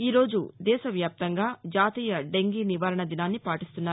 ఈ రోజు దేశవ్యాప్తంగా జాతీయ దెంగీ నివారణ దినాన్ని పాటిస్తున్నారు